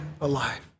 alive